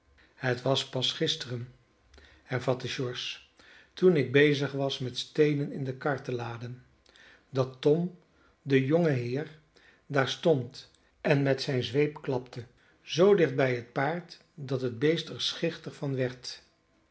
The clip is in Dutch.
het was pas gisteren hervatte george toen ik bezig was met steenen in de kar te laden dat tom de jongeheer daar stond en met zijne zweep klapte zoo dicht bij het paard dat het beest er schichtig van werd